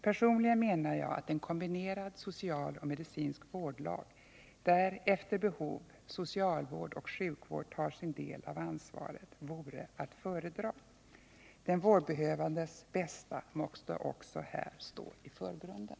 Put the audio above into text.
Personligen menar jag att en kombinerad social och medicinsk vårdlag, enligt vilken efter behov socialvård och sjukvård tar sin del av ansvaret, vore att föredra. Den vårdbehövandes bästa måste också här stå i förgrunden.